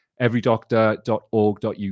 everydoctor.org.uk